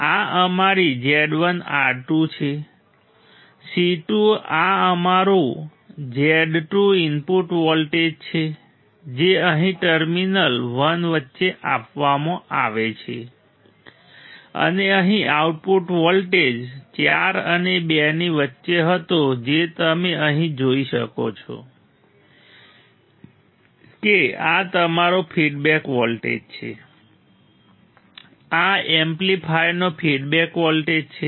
આ અમારી Z1 R2 છે C2 આ અમારું Z2 ઇનપુટ વોલ્ટેજ છે જે અહીં ટર્મિનલ 1 વચ્ચે આપવામાં આવે છે અને અહીં આઉટપુટ વોલ્ટેજ 4 અને 2 ની વચ્ચે હતો જે તમે અહીં જોઈ શકો છો કે આ તમારો ફીડબેક વોલ્ટેજ છે આ એમ્પ્લીફાયરનો ફીડબેક વોલ્ટેજ છે